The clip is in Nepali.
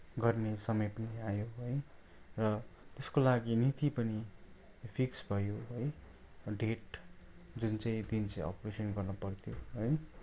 गर्ने समय पनि आयो है र त्यसको लागि मिति पनि फिक्स भयो है अनि डेट जुन चाहिँ दिन चाहिँ अप्रेसन् गर्न पऱ्थ्यो है